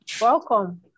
Welcome